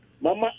Mama